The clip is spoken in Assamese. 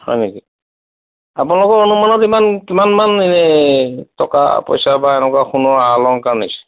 হয় নেকি আপোনালোকৰ অনুমানত ইমান কিমানমান এনেই টকা পইচা বা এনেকুৱা সোণৰ আ অলংকাৰ নিছে